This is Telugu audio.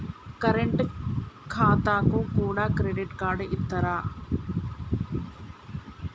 కరెంట్ ఖాతాకు కూడా క్రెడిట్ కార్డు ఇత్తరా?